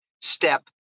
step